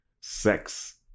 sex